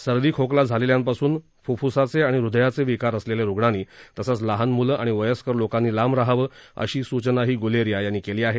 सर्दी खोकला झालेल्यांपासून फुफुसाचे आणि हृदयाचे विकार असलेल्या रुग्णांनी तसंच लहान मुलं आणि वयस्कर लोकांनी लांब रहावं अशी सूचनाही गुलेरिया यांनी केली आहे